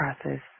process